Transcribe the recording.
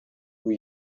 who